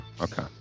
okay